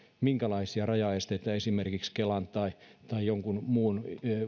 minkälaisia rajaesteitä esimerkiksi kelan tai tai jonkun muun